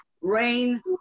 rain